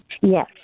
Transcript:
Yes